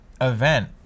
event